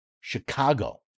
Chicago